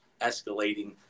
escalating